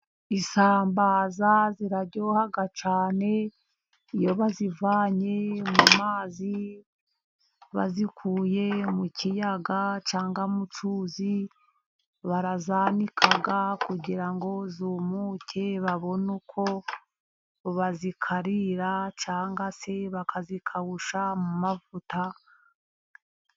Isambaza ziraryoha cyane, iyo bazivanye mu mazi bazikuye mu kiyaga cyangwa mu cyuzi barazanika kugira ngo zumuke babone uko bazikarira cyangwa se bakazikawusha mu mavuta.